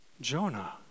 Jonah